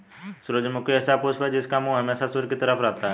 सूरजमुखी ऐसा पुष्प है जिसका मुंह हमेशा सूर्य की तरफ रहता है